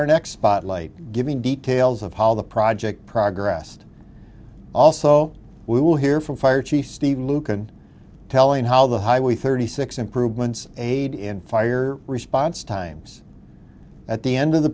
our next spotlight giving details of how the project progress also we will hear from fire chief steve luke and telling how the highway thirty six improvements aid in fire response times at the end of the